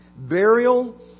burial